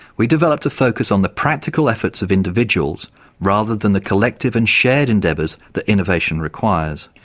we developed a focus on the practical efforts of individuals rather than the collective and shared endeavours that innovation requires,